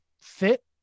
fit